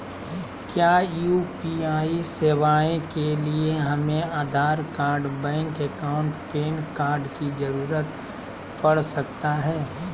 क्या यू.पी.आई सेवाएं के लिए हमें Aadhaar card bank account PAN card की जरूरत पड़ सकता है?